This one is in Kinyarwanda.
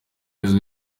izwi